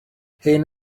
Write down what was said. hen